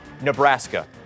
Nebraska